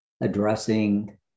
addressing